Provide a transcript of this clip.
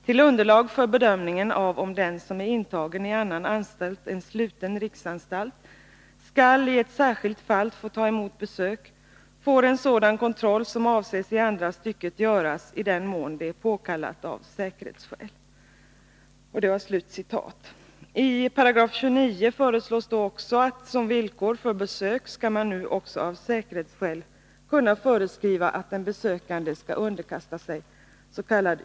Till underlag för bedömningen av om den som är intagen i annan anstalt än sluten riksanstalt skall i ett särskilt fall få ta emot besök får en sådan kontroll som avses i andra stycket göras i den mån det är påkallat av säkerhetsskäl.” I 29 § föreslås vidare att man som villkor för besök av säkerhetsskäl nu också skall kunna föreskriva att den besökande skall underkasta sigs.k.